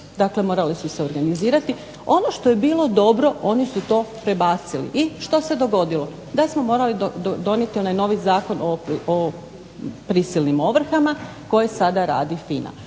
dakle morale su se organizirati. Ono što je bilo dobro, oni su to prebacili. I što se dogodilo? Da smo morali donijeti onaj novi Zakon o prisilnim ovrhama, koje sada radi FINA.